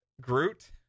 Groot